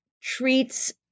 treats